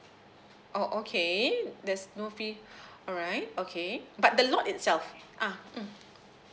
oh okay there's no fee alright okay but the lot itself uh mm